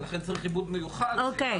ולכן צריך עיבוד מיוחד- -- אוקיי,